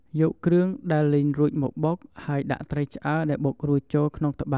យកគ្រឿងដែលលីងរួចមកបុក ហើយដាក់ត្រីឆ្អើរដែលបុករួចចូលក្នុងត្បាល់បុកប្រហុកឆាអំពិល បន្ទាប់មកទៀតដាក់គ្រឿងនិងស្ករត្នោត។